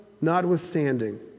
notwithstanding